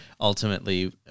ultimately